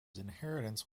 inheritance